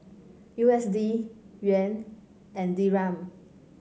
U S D Yuan and Dirham